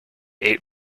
ate